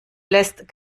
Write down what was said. lässt